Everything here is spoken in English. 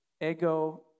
ego